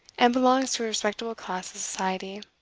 and belongs to a respectable class of society.